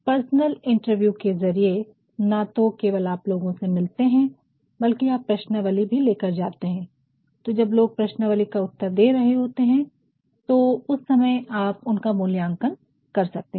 personal interview के ज़रिये न तो केवल आप लोगो से मिलते है बल्कि आप प्रश्नावली भी लेकर जाते है तो जब लोग प्रश्नवाली का उत्तर दे रहे होते है तो उस समय उनका मूल्याङ्कन कर सकते है